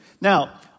Now